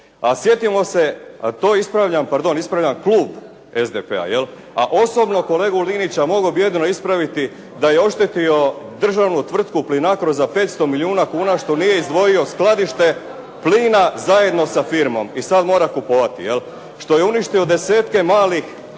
sjetimo se a to ispravljam klub SDP-a, jel, a osobno kolegu Linića mogao bih jedino ispraviti da je oštetio državnu tvrtku "Plinacro" za 500 milijuna kuna što nije izdvojio skladište plina zajedno sa firmom i sada mora kupovati. Što je uništio desetke malih